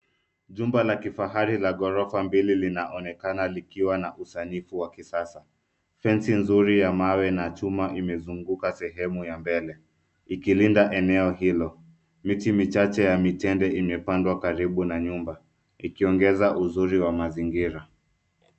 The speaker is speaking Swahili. Jumba la kifahari la ghorofa mbili linaonekana likiwa na usanifu wa kisasa. Fensi nzuri ya mawe na chuma imezunguka sehemu ya mbele ikilinda eneo hilo. Miti michache ya mitende imepandwa karibu na nyumba ikiongeza uzuri wa mazingira.